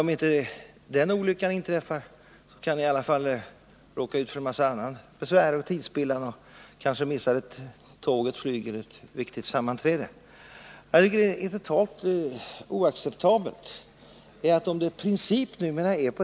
Om inte den olyckan inträffar kan man i alla fall råka ut för besvär och tidspillan, man kanske missar ett tåg eller ett flygplan eller ett viktigt sammanträde.